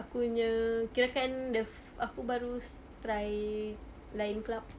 aku punya kirakan the fi~ aku baru try lion club